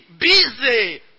busy